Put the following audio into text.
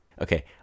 okay